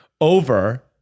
over